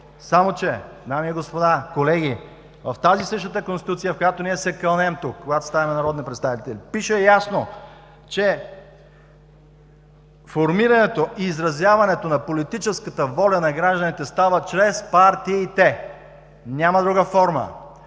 Само че, дами и господа, колеги, в тази същата Конституция, в която ние се кълнем, когато ставаме народни представители, пише ясно: „Формирането и изразяването на политическата воля на гражданите става чрез партиите“. Няма друга форма.